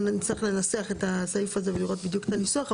נצטרך לנסח את הסעיף הזה ולראות בדיוק את הניסוח,